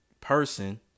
person